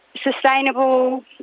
sustainable